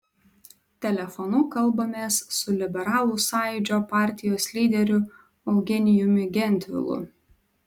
telefonu kalbamės su liberalų sąjūdžio partijos lyderiu eugenijumi gentvilu